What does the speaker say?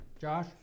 Josh